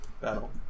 battle